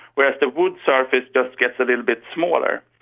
whereas the wood surface just gets a little bit smaller.